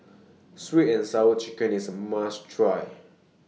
Sweet and Sour Chicken IS A must Try